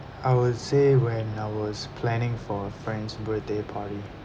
I will say when I was planning for a friend's birthday party